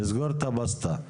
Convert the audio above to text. לסגור את הבסטה.